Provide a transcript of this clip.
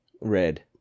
red